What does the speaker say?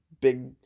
big